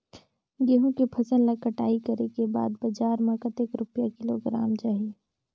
गंहू के फसल ला कटाई करे के बाद बजार मा कतेक रुपिया किलोग्राम जाही?